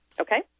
Okay